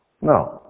No